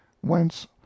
whence